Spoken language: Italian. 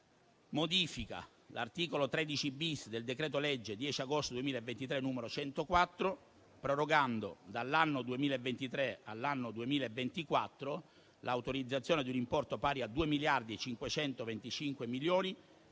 modifica l'articolo 13-*bis* del decreto-legge 10 agosto 2023, n. 104, prorogando dall'anno 2023 all'anno 2024 l'autorizzazione di un importo pari a 2,525 miliardi